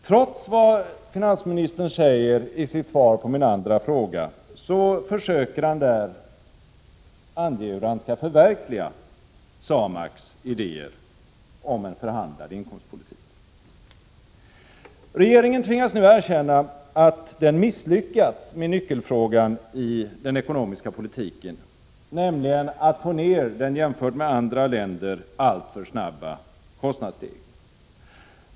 Trots vad finansministern säger i sitt svar på min andra fråga försöker han där ange hur han skall förverkliga SAMAK:s idéer onren förhandlad inkomstpolitik. Regeringen tvingas nu erkänna att den misslyckats med nyckelfrågan i den ekonomiska politiken, nämligen att få ned den jämfört med andra länder alltför snabba kostnadsstegringen.